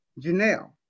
Janelle